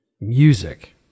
music